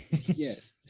Yes